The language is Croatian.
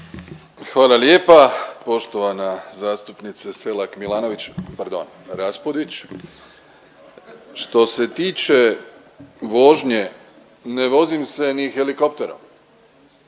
Hvala lijepa poštovana zastupnice Selak Milanović pardon Raspudić. Što se tiče vožnje, ne vozim se ni helikopterom